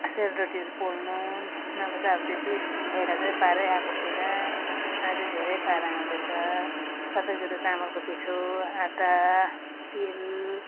सेलरोटीहरू पोल्नु नभए त अब त्यति पहिला चाहिँ पारै आको थिएन आहिले धेरै पारा आउँदैछ सबै कुरा चामलको पिठो आटा तेल